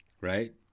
Right